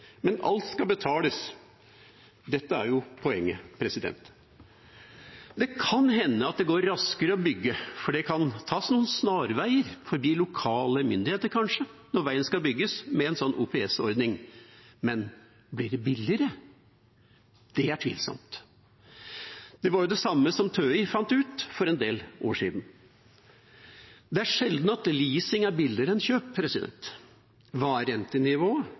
Men alt skal betales. Og dette er poenget. Det kan hende at det går raskere å bygge, for det kan tas noen snarveier for de lokale myndighetene, kanskje, når veien skal bygges med en slik OPS-ordning, men blir det billigere? Det er tvilsomt. Det er det samme som TØI fant ut for en del år siden: Det er sjelden